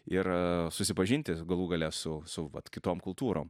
ir susipažinti galų gale su su kitom kultūrom